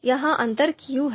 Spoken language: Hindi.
यह अंतर क्यों है